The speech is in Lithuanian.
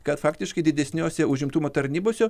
kad faktiškai didesniose užimtumo tarnybose